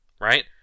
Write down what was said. right